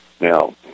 Now